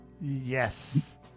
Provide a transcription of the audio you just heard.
Yes